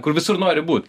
kur visur nori būt